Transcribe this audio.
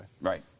right